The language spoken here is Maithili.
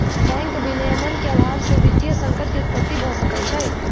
बैंक विनियमन के अभाव से वित्तीय संकट के उत्पत्ति भ सकै छै